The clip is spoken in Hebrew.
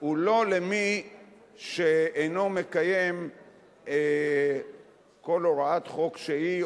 הוא לא למי שאינו מקיים כל הוראת חוק שהיא,